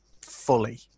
fully